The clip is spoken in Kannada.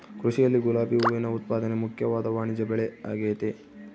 ಕೃಷಿಯಲ್ಲಿ ಗುಲಾಬಿ ಹೂವಿನ ಉತ್ಪಾದನೆ ಮುಖ್ಯವಾದ ವಾಣಿಜ್ಯಬೆಳೆಆಗೆತೆ